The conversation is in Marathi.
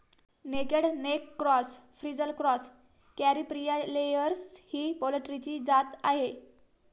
naked neck cross, frizzle cross, Caripriya layers ही पोल्ट्रीची जात आहे